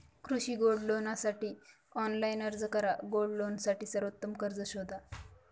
कृषी गोल्ड लोनसाठी ऑनलाइन अर्ज करा गोल्ड लोनसाठी सर्वोत्तम कर्ज शोधा